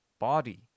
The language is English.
body